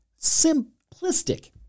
simplistic